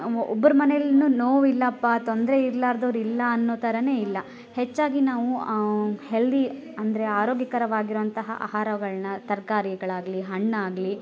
ಒ ಒಬ್ರ ಮನೆಯಲ್ಲೂನು ನೋವಿಲ್ಲಪ್ಪಾ ತೊಂದರೆ ಇರ್ಲ್ಲಾರ್ದವ್ರ ಇಲ್ಲ ಅನ್ನೋ ಥರನೇ ಇಲ್ಲ ಹೆಚ್ಚಾಗಿ ನಾವು ಹೆಲ್ದಿ ಅಂದರೆ ಆರೋಗ್ಯಕರವಾಗಿರೋವಂತಹ ಆಹಾರಗಳನ್ನ ತರ್ಕಾರಿಗಳಾಗಲಿ ಹಣ್ಣಾಗಲಿ